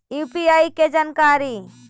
UPI के जानकारी?